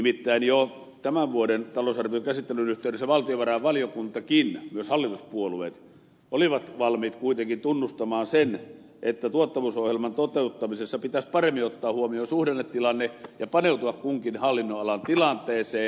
nimittäin jo tämän vuoden talousarvion käsittelyn yhteydessä valtiovarainvaliokuntakin ja myös hallituspuolueet olivat valmiit kuitenkin tunnustamaan sen että tuottavuusohjelman toteuttamisessa pitäisi paremmin ottaa huomioon suhdannetilanne ja paneutua kunkin hallinnonalan tilanteeseen